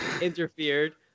interfered